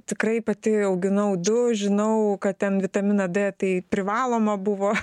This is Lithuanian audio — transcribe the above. tikrai pati auginau du žinau kad ten vitaminą d tai privaloma buvo